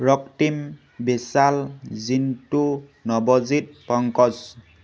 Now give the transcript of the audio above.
Raktim Bishal Jintu Nabajit Pankaj